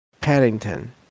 Paddington